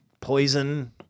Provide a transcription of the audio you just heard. poison